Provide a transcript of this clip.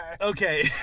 Okay